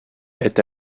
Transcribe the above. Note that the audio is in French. est